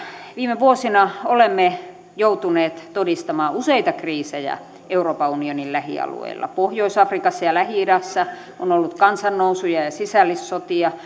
viime vuosina olemme joutuneet todistamaan useita kriisejä euroopan unionin lähialueilla pohjois afrikassa ja lähi idässä on on ollut kansannousuja ja sisällissotia